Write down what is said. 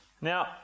Now